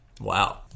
Wow